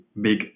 big